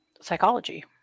psychology